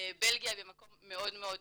בלגיה במקום מאוד מאוד טוב,